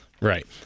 Right